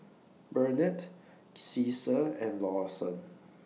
Burnett Ceasar and Lawson